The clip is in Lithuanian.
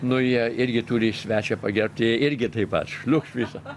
nu jie irgi turi svečią pagerbti jie irgi taip pat šliukšt visą